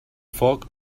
foc